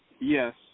Yes